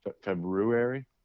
February